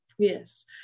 Yes